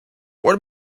what